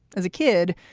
as a kid,